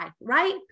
right